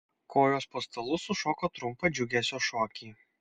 kojos po stalu sušoko trumpą džiugesio šokį